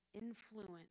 influence